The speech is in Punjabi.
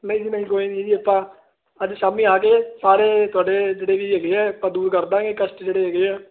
ਨਹੀਂ ਨਹੀਂ ਕੋਈ ਨਹੀਂ ਜੀ ਆਪਾਂ ਅੱਜ ਸ਼ਾਮੀ ਆ ਗਏ ਸਾਰੇ ਤੁਹਾਡੇ ਜਿਹੜੇ ਵੀ ਹੈਗੇ ਆ ਦੂਰ ਕਰ ਦਾਂਗੇ ਕਸ਼ਟ ਜਿਹੜੇ ਹੈਗੇ ਆ ਆਸ਼ਾਮੀ